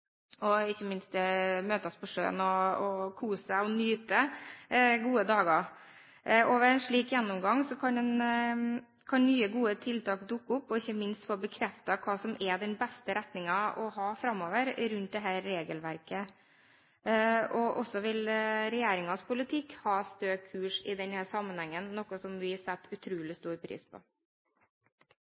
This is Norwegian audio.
og ikke minst møtes på sjøen og kose seg og nyte gode dager. Ved en slik gjennomgang kan nye, gode tiltak dukke opp, og ikke minst kan man få bekreftet hva som er den beste retningen å ha framover rundt dette regelverket. Og regjeringens politikk vil ha stø kurs i denne sammenhengen, noe vi setter utrolig stor pris på.